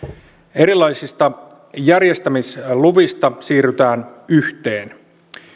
erilaisista järjestämisluvista siirrytään yhteen